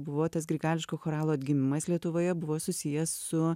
buvo tas grigališko choralo atgimimas lietuvoje buvo susijęs su